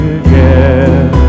again